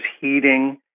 heating